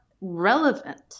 relevant